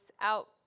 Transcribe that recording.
out